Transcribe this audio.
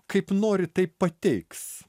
kaip nori taip pateiks